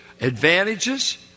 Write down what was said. advantages